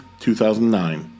2009